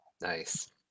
Nice